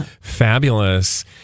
Fabulous